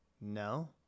No